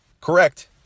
Correct